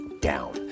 down